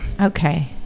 Okay